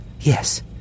Yes